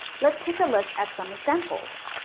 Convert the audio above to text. let's take a look at some examples.